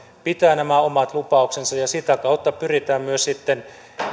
pitää nämä omat lupauksensa ja sitä kautta pyritään myös sitten